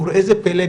וראה זה פלא,